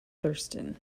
thurston